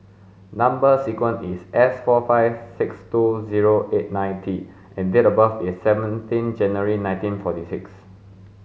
number sequence is S four five six two zero eight nine T and date of birth is seventeen January nineteen forty six